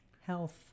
Health